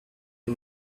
est